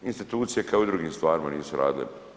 Institucije kao i u drugim stvarima nisu radili.